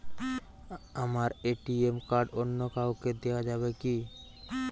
আমার ATM card অন্য কাউকে দেওয়া যাবে কি?